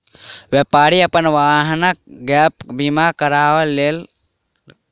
व्यापारी अपन वाहनक गैप बीमा करा लेलक